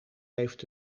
heeft